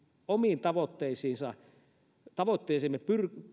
omiin tavoitteisiimme